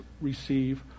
receive